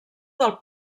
del